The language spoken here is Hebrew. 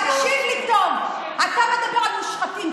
תקשיב לי טוב, אתה מדבר על מושחתים.